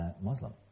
Muslim